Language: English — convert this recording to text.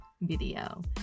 video